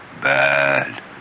Bad